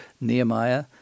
Nehemiah